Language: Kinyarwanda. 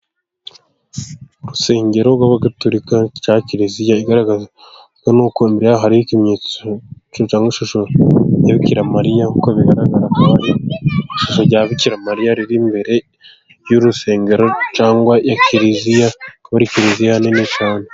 Urusengero rw'Abagaturika cyangwa Kiliziya, igaragazwa n'uko imbere y'aho hari ikimenyetso cyangwa ishusho ya Bikiramariya ,uko bigaragarako akaba ari ishusho rya Bikiramariya riri imbere y'urusengero cyangwa ya Kiliziya. Ikaba ari Kiliziya nini cyane.